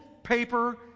paper